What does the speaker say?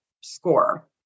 score